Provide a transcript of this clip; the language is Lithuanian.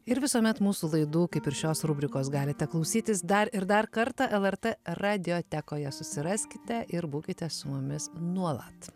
ir visuomet mūsų laidų kaip ir šios rubrikos galite klausytis dar ir dar kartą lrt radiotekoje susiraskite ir būkite su mumis nuolat